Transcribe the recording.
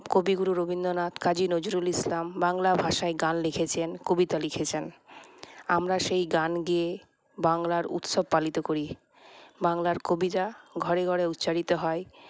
কবিগুরু রবীন্দ্রনাথ কাজী নজরুল ইসলাম বাংলা ভাষায় গান লিখেছেন কবিতা লিখেছেন আমরা সেই গান গেয়ে বাংলার উৎসব পালিত করি বাংলার কবিরা ঘরে ঘরে উচ্চারিত হয়